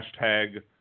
hashtag